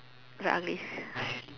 like unleashed